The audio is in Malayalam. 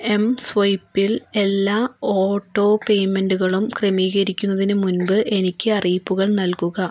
എം സ്വൈപ്പിൽ എല്ലാ ഓട്ടോ പേയ്മെൻറ്റുകളും ക്രമീകരിക്കുന്നതിന് മുൻപ് എനിക്ക് അറിയിപ്പുകൾ നൽകുക